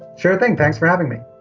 sure thing. thanks for having me.